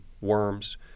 worms